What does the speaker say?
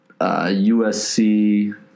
USC